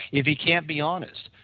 if he can't be honest,